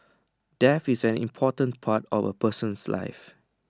death is an important part A person's life